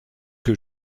que